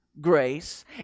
grace